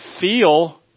feel